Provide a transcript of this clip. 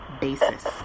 basis